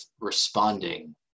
responding